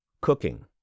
cooking